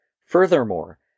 Furthermore